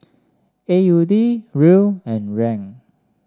A U D Riel and Yuan